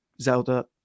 zelda